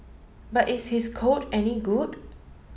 but is his code any good